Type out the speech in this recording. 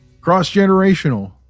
Cross-generational